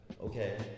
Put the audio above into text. okay